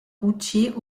routiers